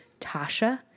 Tasha